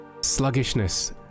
sluggishness